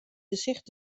gesicht